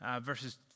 verses